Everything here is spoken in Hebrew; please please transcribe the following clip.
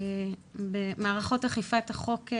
במערכות אכיפת החוק,